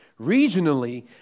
regionally